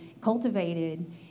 cultivated